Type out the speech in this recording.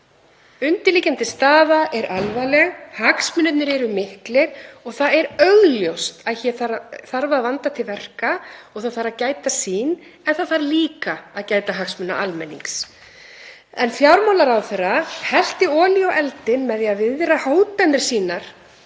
Undirliggjandi staða er alvarleg, hagsmunirnir eru miklir og augljóst að hér þarf að vanda til verka og það þarf að gæta sín. En það þarf líka að gæta hagsmuna almennings. En fjármálaráðherra hellti olíu á eldinn með því að viðra hótanir sínar